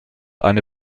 eine